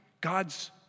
God's